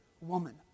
woman